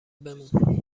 بمون